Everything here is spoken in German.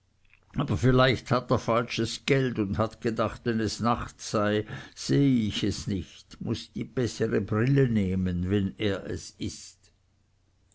aber vielleicht hat er falsches geld und hat gedacht wenn es nacht sei sehe ich es nicht muß die bessere brille nehmen wenn er es ist